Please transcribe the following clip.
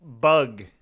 Bug